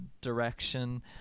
direction